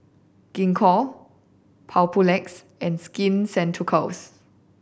Gingko Papulex and Skin Ceuticals